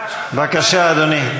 בבקשה, אדוני.